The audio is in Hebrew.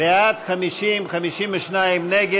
בעד הצעת סיעת יש עתיד להביע